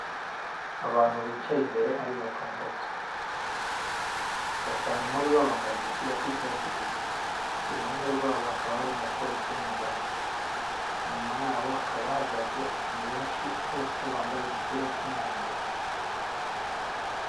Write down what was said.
Abantu bicaye imbere ari batandatu, batanu muri bo bambaye udupira tw'icyatsi dusa ,iruhande rwabo hakaba ari umupolisi w'umudamu inyuma yabo hakaba hahagaze abantu benshi bose bambaye udupira tw'umuhondo.